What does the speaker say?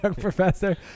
professor